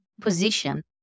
position